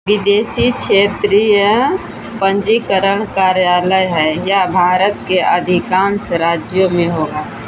विदेशी क्षेत्रीय पन्जीकरण कार्यालय है यह भारत के अधिकांश राज्यों में होगा